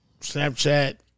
Snapchat